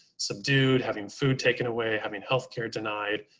subdued, having food taken away, having healthcare denied,